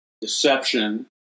deception